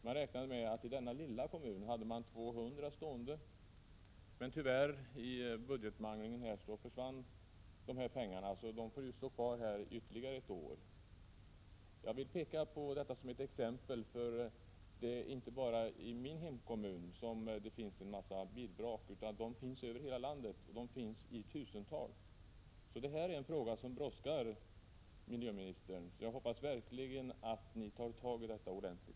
Man räknade med att det i denna lilla kommun stod 200 bilvrak. Tyvärr avsattes inte dessa pengar vid budgetmanglingen, så bilarna får stå kvar ytterligare ett år. Jag vill peka på detta som ett exempel, eftersom det inte bara är i min hemkommun som det finns bilvrak, utan de finns i tusental över hela landet. Detta är således en fråga som brådskar, miljöministern. Jag hoppas verkligen att regeringen tar tag i denna fråga ordentligt.